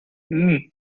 hmm